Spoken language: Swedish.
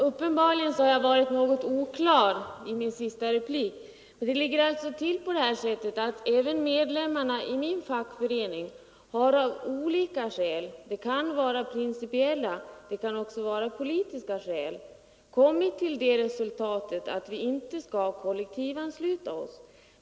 Herr talman! Uppenbarligen var jag något oklar i min senaste replik Det ligger till på det sättet att även medlemmarna i min fackförening av olika skäl — det kan vara principiella men också politiska skäl — har kommit till det resultatet att vi inte skall kollektivansluta oss.